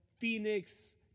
Phoenix